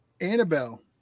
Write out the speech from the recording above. Annabelle